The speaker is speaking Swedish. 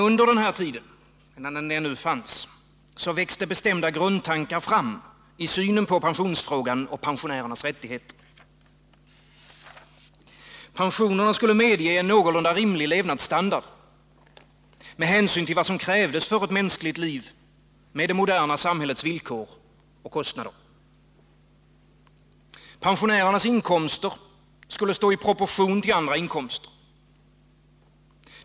Under denna tid — så länge den ännu fanns — växte bestämda grundtankar fram i synen på pensionsfrågan och pensionärernas rättigheter. Pensionerna skulle medge en någorlunda rimlig levnadsstandard med hänsyn till vad som krävdes för ett mänskligt liv med det moderna samhällets villkor och kostnader. Pensionärernas inkomster skulle stå i proportion till andra inkomster.